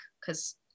because-